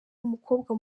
w’umukobwa